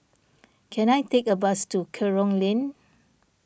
can I take a bus to Kerong Lane